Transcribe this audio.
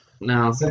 Now